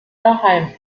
daheim